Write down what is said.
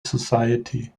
society